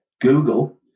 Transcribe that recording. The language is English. google